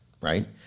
right